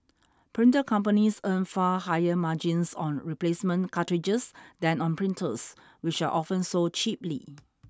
printer companies earn far higher margins on replacement cartridges than on printers which are often sold cheaply